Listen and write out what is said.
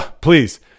please